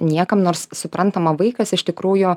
niekam nors suprantama vaikas iš tikrųjų